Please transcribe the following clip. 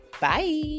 Bye